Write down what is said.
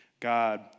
God